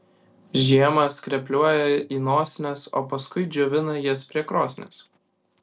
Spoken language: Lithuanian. žiemą skrepliuoja į nosines o paskui džiovina jas prie krosnies